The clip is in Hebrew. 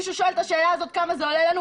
מישהו שואל את השאלה הזו כמה זה עולה לנו?